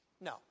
no